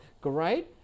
great